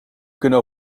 kunnen